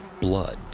blood